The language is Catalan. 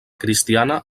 cristiana